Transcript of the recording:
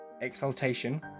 exaltation